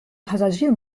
passagier